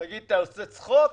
תגיד, אתה עושה צחוק?